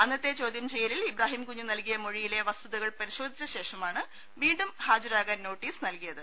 അന്നത്തെ ചോദ്യം ചെയ്യലിൽ ഇബ്രാഹിം കുഞ്ഞ് നൽകിയ മൊഴിയിലെ വസ്തുതകൾ പരിശോധിച്ച ശേഷമാണ് വീണ്ടും ഹാജരാകാൻ നോട്ടീസ് നൽകിയത്